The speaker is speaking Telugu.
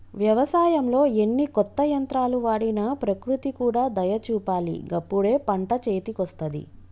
వ్యవసాయంలో ఎన్ని కొత్త యంత్రాలు వాడినా ప్రకృతి కూడా దయ చూపాలి గప్పుడే పంట చేతికొస్తది